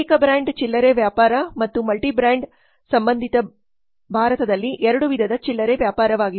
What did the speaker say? ಏಕ ಬ್ರಾಂಡ್ ಚಿಲ್ಲರೆ ವ್ಯಾಪಾರ ಮತ್ತು ಮಲ್ಟಿ ಬ್ರ್ಯಾಂಡ್ ಸಂಬಂಧಿತ ಭಾರತದಲ್ಲಿ 2 ವಿಧದ ಚಿಲ್ಲರೆ ವ್ಯಾಪಾರವಾಗಿದೆ